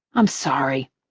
i'm sorry.